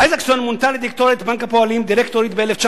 איזקסון מונתה לדירקטורית בנק הפועלים ב-1999,